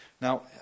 Now